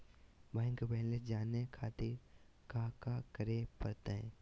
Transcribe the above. Bank balance जाने खातिर काका करे पड़तई?